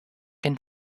and